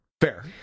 Fair